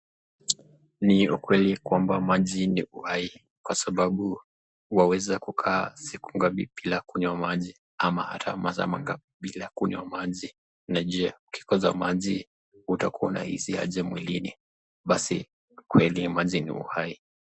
Ni ukweli kwamba maji ni uhai kwa sababu waweza kukaa siku ngapi bila kukunywa maji? ama hata masaa mangapi bila kunywa maji, na jee ukukosa maji utakua unahisi aje mwilini ? Basi kweli maji ni uhai.